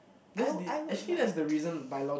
I would I would like